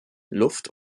luft